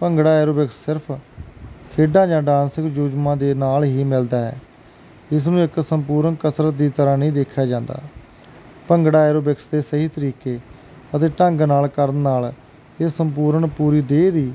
bhangra aerobics ਸਿਰਫ ਖੇਡਾਂ ਜਾਂ ਡਾਂਸ ਮਜੂਜਮਾ ਦੇ ਨਾਲ ਹੀ ਮਿਲਦਾ ਹੈ ਇਸ ਨੂੰ ਇੱਕ ਸੰਪੂਰਨ ਕਸਰਤ ਦੀ ਤਰ੍ਹਾਂ ਨਹੀਂ ਦੇਖਿਆ ਜਾਂਦਾ ਭੰਗੜਾ ਐਰੋਬਿਕਸ ਦੇ ਸਹੀ ਤਰੀਕੇ ਅਤੇ ਢੰਗ ਨਾਲ ਕਰਨ ਨਾਲ ਇਹ ਸੰਪੂਰਨ ਪੂਰੀ ਦੇਹ ਦੀ